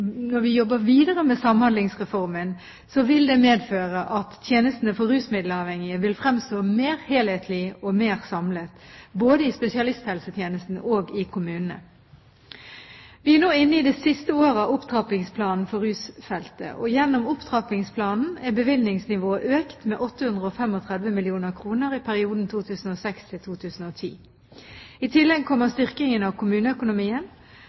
når vi jobber videre med Samhandlingsreformen, vil det medføre at tjenestene for rusmiddelavhengige vil fremstå mer helhetlig og samlet, både i spesialisthelsetjenesten og i kommunene. Vi er nå inne i det siste året av opptrappingsplanen for rusfeltet. Gjennom opptrappingsplanen er bevilgningsnivået økt med 835 mill. kr i perioden 2006–2010. I tillegg kommer styrkingen av kommuneøkonomien